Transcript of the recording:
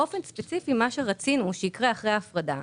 באופן ספציפי, מה שרצינו שיקרה אחרי ההפרדה,